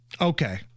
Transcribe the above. Okay